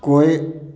कोइ